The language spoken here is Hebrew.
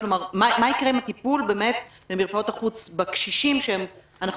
מה יקרה עם הטיפול במרפאות החוץ בקשישים שאנחנו